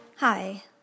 Hi